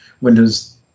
Windows